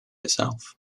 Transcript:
itself